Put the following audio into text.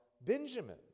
Benjamin